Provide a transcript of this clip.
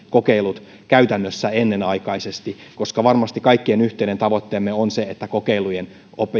kokeilut ennenaikaisesti koska varmasti kaikkien yhteinen tavoite on se että kokeilujen